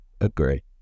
agree